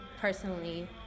personally